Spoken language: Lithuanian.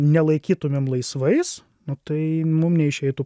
nelaikytumėm laisvais nu tai mum neišeitų